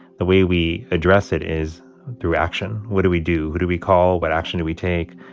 the way we address it is through action. what do we do? who do we call? what action do we take?